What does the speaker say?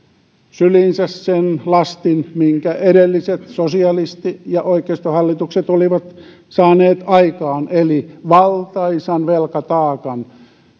syliinsä sen lastin minkä edelliset sosialisti ja oikeistohallitukset olivat saaneet aikaan eli valtaisan velkataakan